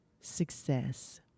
success